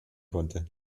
konnte